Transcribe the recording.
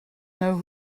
know